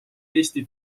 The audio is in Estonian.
eesti